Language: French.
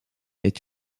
est